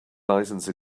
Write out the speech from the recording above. license